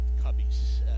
cubbies